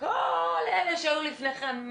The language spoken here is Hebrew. כל אלה שהיו לפניכם,